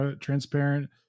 transparent